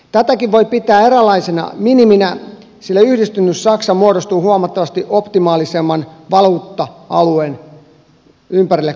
tätäkin voi pitää eräänlaisena miniminä sillä yhdistynyt saksa muodosti huomattavasti optimaalisemman valuutta alueen kuin euro